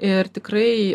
ir tikrai